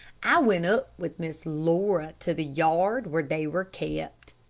i went up with miss laura to the yard where they were kept.